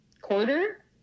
quarter